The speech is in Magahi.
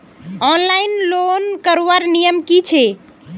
ऑनलाइन लोन करवार नियम की छे?